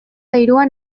hiruan